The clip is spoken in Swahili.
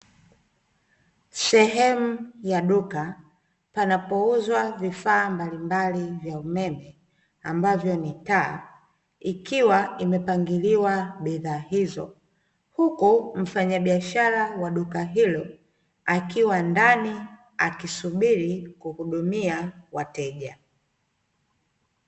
Sehemu ya duka panapouzwa vifaa mbalimbali vya umeme ambavyo ni taa, ikiwa imepangiliwa bidhaa hizo huku mfanyabiashara wa duka hilo akiwa ndani akisubiri kuhudumia wateja.